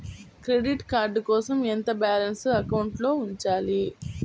Credit card కోసం ఎంత balance అకౌంట్లో ఉంచాలి?